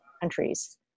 countries